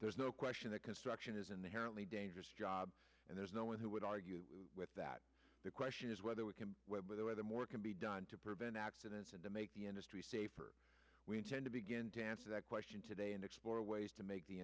there's no question that construction is in the herald a dangerous job and there's no one who would argue with that the question is whether we can whether whether more can be done to prevent accidents and to make the industry safer we intend to begin to answer that question today and explore ways to make the